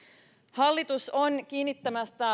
hallitus on kiinnittämässä